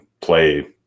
play